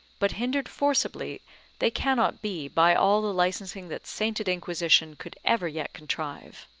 but hindered forcibly they cannot be by all the licensing that sainted inquisition could ever yet contrive.